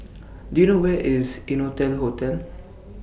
Do YOU know Where IS Innotel Hotel